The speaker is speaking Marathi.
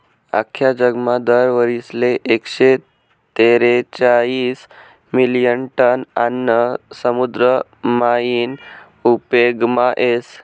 आख्खा जगमा दर वरीसले एकशे तेरेचायीस मिलियन टन आन्न समुद्र मायीन उपेगमा येस